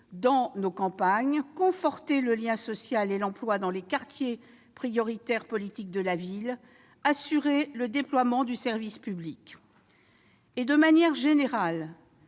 dans nos campagnes, conforter le lien social et l'emploi dans les quartiers prioritaires de la politique de la ville, ou encore assurer le déploiement du service public. De manière générale,